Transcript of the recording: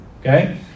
Okay